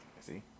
See